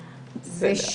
הוא,